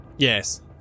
Yes